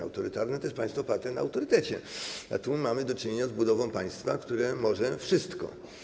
Autorytarne to jest państwo oparte na autorytecie, a tu mamy do czynienia z budową państwa, które może wszystko.